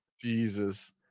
Jesus